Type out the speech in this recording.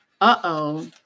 Uh-oh